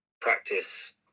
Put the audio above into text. practice